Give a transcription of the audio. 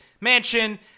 mansion